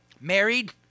Married